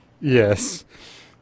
Yes